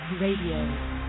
Radio